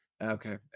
Okay